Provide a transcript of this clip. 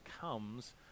comes